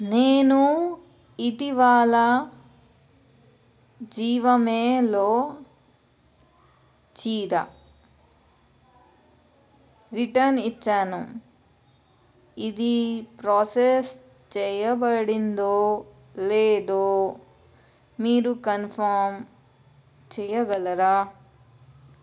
నేను ఇటీవల జివామేలో చీర రిటర్న్ ఇచ్చాను ఇది ప్రోసెస్ చెయ్యబడిందో లేదో మీరు కన్ఫర్మ్ చెయ్యగలరా